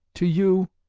to you,